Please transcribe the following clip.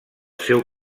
seu